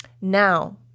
Now